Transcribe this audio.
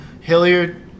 Hilliard